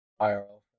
IRL